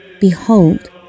Behold